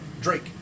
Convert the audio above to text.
Drake